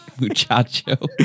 muchacho